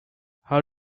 how